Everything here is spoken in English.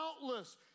countless